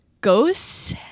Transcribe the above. ghosts